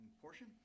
portion